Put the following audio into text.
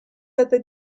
other